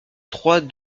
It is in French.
trois